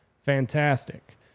fantastic